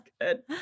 good